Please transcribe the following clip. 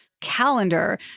calendar